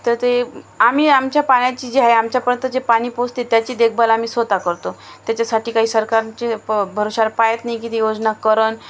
तर ते आम्ही आमच्या पाण्याची जी आहे आमच्यापर्यंत जे पाणी पोचते त्याची देखभाल आम्ही स्वत करतो त्याच्यासाठी काही सरकारचे प भरवशावर पाहात नाही की ते योजना करेल